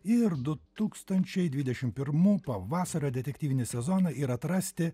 ir du tūkstančiai dvidešimt primų pavasario detektyvinį sezoną ir atrasti